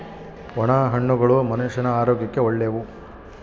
ಒಣ ಹಣ್ಣುಗಳು ಮನುಷ್ಯನ ಆರೋಗ್ಯಕ್ಕ ಒಳ್ಳೆವು